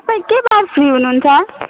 तपाईँ के वार फ्री हुनुहुन्छ